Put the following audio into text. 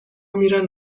میرن